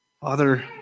Father